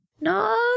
No